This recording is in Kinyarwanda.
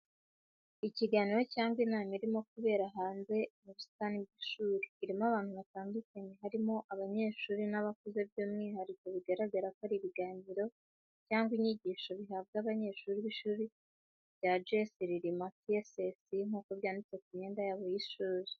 Ikiganiro cyangwa inama irimo kubera hanze mu busitani bw’ishuri. Irimo abantu batandukanye, harimo abanyeshuri n’abakuze, by’umwihariko bigaragara ko hari ibiganiro cyangwa inyigisho bihabwa abanyeshuri b’ishuri rya GS RILIMA TSS nk’uko byanditse ku myenda yabo y’ishuri.